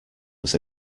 was